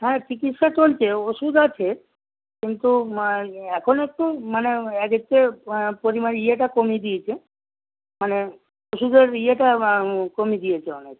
হ্যাঁ চিকিৎসা চলছে ওষুধ আছে কিন্তু এখন একটু মানে ইয়েটা কমিয়ে দিয়েছে মানে ওষুধের ইয়েটা কমিয়ে দিয়েছে অনেক